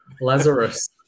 Lazarus